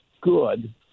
good